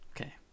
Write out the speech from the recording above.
Okay